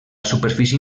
superfície